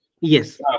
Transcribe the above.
Yes